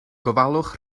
gofalwch